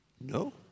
No